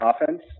offense